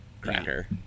cracker